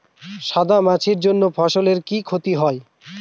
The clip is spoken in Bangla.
সাদা মাছির জন্য ফসলের কি ক্ষতি হয়?